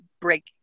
break